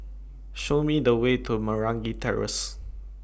Show Me The Way to Meragi Terrace